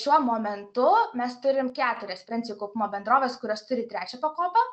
šiuo momentu mes turim keturias pencijų kaupimo bendroves kurios turi trečią pakopą